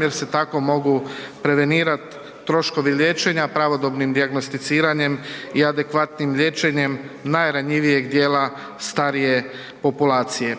jer se tako mogu prevenirat troškovi liječenja pravodobnim dijagnosticiranjem i adekvatnim liječenjem najranjivijeg dijela starije populacije.